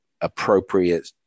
appropriate